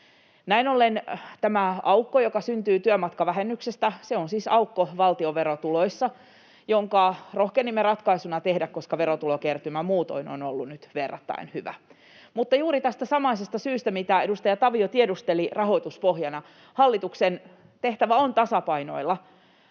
Näin ollen tämä aukko, joka syntyy työmatkavähennyksestä, on siis aukko valtion verotuloissa, jonka rohkenimme ratkaisuna tehdä, koska verotulokertymä muutoin on ollut nyt verrattain hyvä. Mutta juuri tästä samaisesta syystä, mitä edustaja Tavio tiedusteli rahoituspohjana, hallituksen tehtävä on tasapainoilla